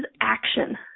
action